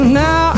now